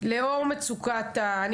לא נורא, אני